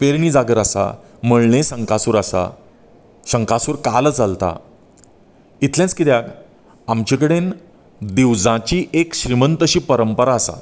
पेरणीं जागर आसा मळणें संकासूर आसा संकासूर कालो चलता इतलेंच कित्याक आमचे कडेन दिवजांची एक श्रीमंत अशी परंपरा आसा